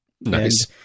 nice